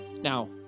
Now